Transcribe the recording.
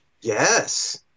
Yes